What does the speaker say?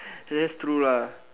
that's true lah